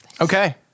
Okay